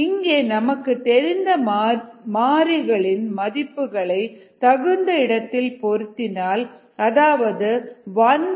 இங்கே நமக்கு தெரிந்த மாறிகளின் மதிப்புகளை தகுந்த இடத்தில் பொருத்தினால் அதாவது 1 0